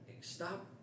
Stop